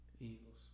Eagles